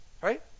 Right